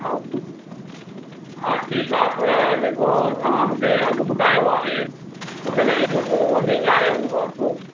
हा ठीकु हा ठीकु आहे पर जेको तव्हां मूंखे अघु ॿुधायो आहे मूंखे लॻे थो थोरो वधीक आहे उहो अघु